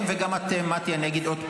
כן, וגם אתם, מטי אני אגיד עוד פעם: